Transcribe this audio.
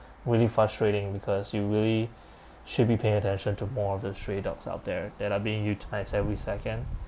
really frustrating because you really should be paying attention to more of the stray dogs out there that are being euthanized every second